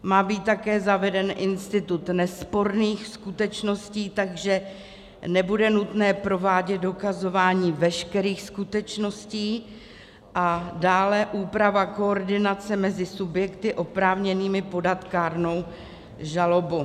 Má být také zaveden institut nesporných skutečností, takže nebude nutné provádět dokazování veškerých skutečností, a dále úprava koordinace mezi subjekty oprávněnými podat kárnou žalobu.